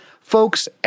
Folks